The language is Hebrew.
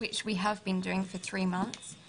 מה שעשינו בחודשים האחרונים.